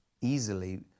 easily